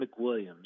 McWilliams